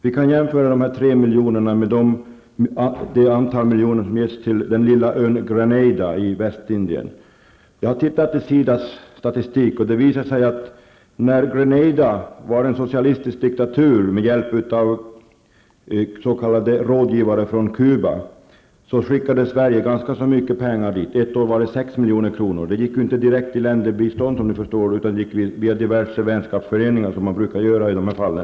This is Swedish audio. Vi kan jämföra dessa 3 miljoner med det antal miljoner som getts till den lilla ön Grenada med hjälp av s.k. rådgivare från Cuba var en socialistisk diktatur skickade Sverige ganska mycket pengar dit -- ett år 6 miljoner. De gick inte direkt via länderbistånd utan genom diverse vänskapsföreningar, som de brukar göra i sådana fall.